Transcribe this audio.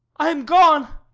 i am gone.